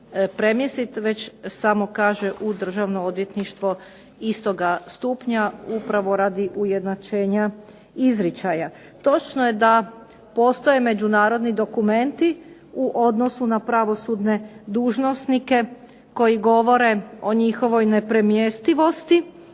već samo kaže u Državno odvjetništvo istoga stupnja, upravo radi ujednačenja izričaja. Točno je da postoje međunarodni dokumenti u odnosu na pravosudne dužnosnike koji govore o njihovoj nepremjestivosti,